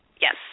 Yes